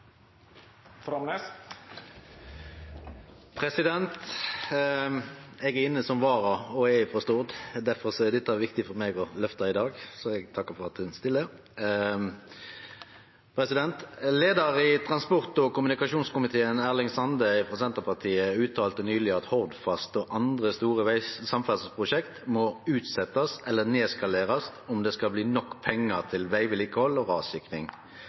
er inne som vara, og eg er frå Stord. Difor er dette viktig for meg å løfte i dag, så eg takkar for at ein stiller. «Leder i transport- og kommunikasjonskomiteen, Erling Sande, Senterpartiet, uttalte nylig at Hordfast og andre store samferdselsprosjekt må utsettes eller nedskaleres om det skal bli nok penger til veivedlikehold og rassikring.